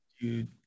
Dude